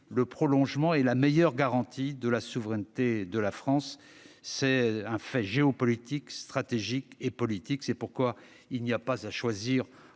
le prolongement et la meilleure garantie de la souveraineté de la France ! C'est un fait géopolitique, stratégique et politique. C'est pourquoi il n'y a pas à choisir